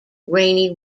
rainy